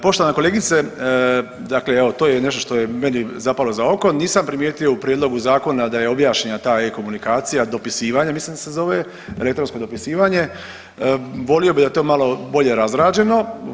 Poštovana kolegice, dakle to je evo nešto što je meni zapalo za oko, nisam primijeti u prijedlogu zakona da je objašnjena ta e-Komunikacija dopisivanje mislim da se zove, elektronsko dopisivanje, voli bi da je to malo bolje razrađeno.